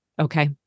Okay